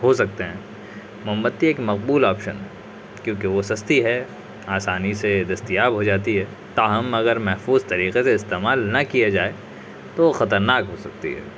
ہو سکتے ہیں موم بتی ایک مقبول آپشن ہے کیونکہ وہ سستی ہے آسانی سے دستیاب ہو جاتی ہے تاہم اگر محفوظ طریقے سے استعمال نہ کیا جائے تو خطرناک ہو سکتی ہے